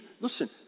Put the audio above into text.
listen